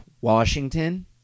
Washington